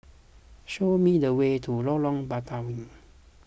show me the way to Lorong Batawi